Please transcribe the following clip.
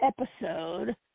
episode